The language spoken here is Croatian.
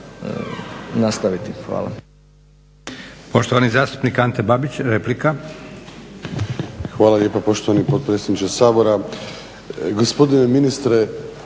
nastaviti. Hvala.